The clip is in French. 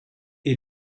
est